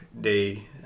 day